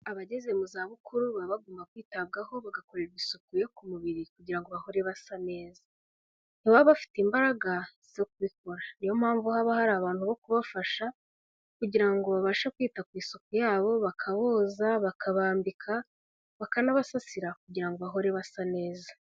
Abageze mu zabukuru baba bagomba kwitabwaho bagakorerwa isuku yo ku mubiri kugira ngo bahore basa neza, ntibaba bafite imbaraga zo kubikora, niyo mpamvu haba hari abantu bo kubafasha kugira ngo babashe kwita ku isuku yabo, bakaboza bakabambika bakanabasasira kugira ngo bahore basa neza.